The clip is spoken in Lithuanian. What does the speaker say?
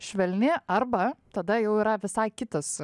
švelni arba tada jau yra visai kitas